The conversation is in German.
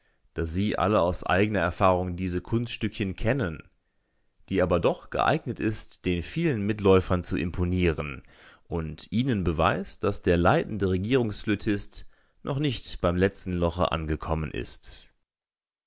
da sie alle aus eigener erfahrung diese kunststückchen kennen die aber doch geeignet ist den vielen mitläufern zu imponieren und ihnen beweist daß der leitende regierungsflötist noch nicht beim letzten loche angekommen ist